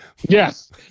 Yes